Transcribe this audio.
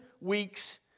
weeks